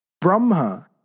Brahma